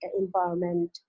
empowerment